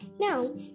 Now